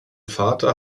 vater